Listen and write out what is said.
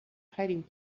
hiding